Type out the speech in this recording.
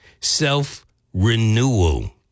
Self-Renewal